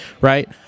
right